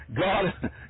God